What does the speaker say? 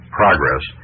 progress